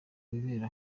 wibera